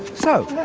so,